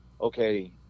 okay –